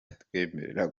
batwemerera